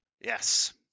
Yes